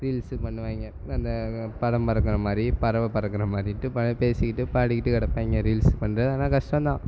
reels பண்ணுவாங்க அந்த பணம் பறக்கிற மாதிரி பறவை பறக்கிற மாதிரிட்டு பா பேசிக்கிட்டு பாடிக்கிட்டு கிடப்பாய்ங்க ரீல்ஸு பண்ணுறது ஆனால் கஷ்டந்தான்